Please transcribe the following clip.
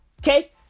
Okay